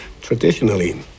Traditionally